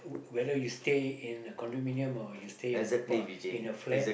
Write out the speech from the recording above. whether you stay in a condominium or you stay in a uh in a flat